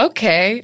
Okay